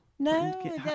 No